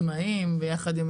העצמאים, ביחד עם